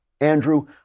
Andrew